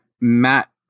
Matt